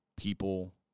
people